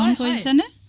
one and